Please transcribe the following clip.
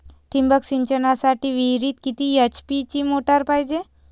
ठिबक सिंचनासाठी विहिरीत किती एच.पी ची मोटार पायजे?